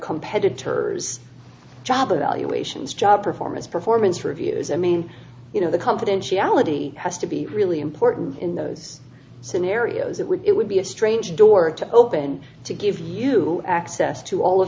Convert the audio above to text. is job performance performance reviews i mean you know the confidentiality has to be really important in those scenarios it would it would be a strange door to open to give you access to all of